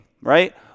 right